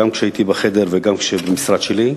גם כשהייתי בחדר וגם במשרד שלי.